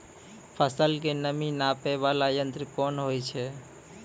फसल के नमी नापैय वाला यंत्र कोन होय छै